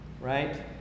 Right